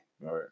Right